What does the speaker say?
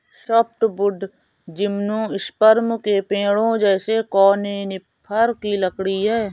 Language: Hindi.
सॉफ्टवुड जिम्नोस्पर्म के पेड़ों जैसे कॉनिफ़र की लकड़ी है